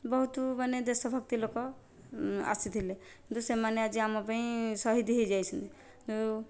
ବହୁତ ମାନେ ଦେଶ ଭକ୍ତି ଲୋକ ଆସିଥିଲେ କିନ୍ତୁ ସେମାନେ ଆଜି ଆମ ପାଇଁ ସହଦ୍ ହୋଇଯାଇଛନ୍ତି